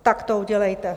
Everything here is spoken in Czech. Tak to udělejte.